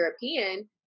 European